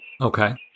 Okay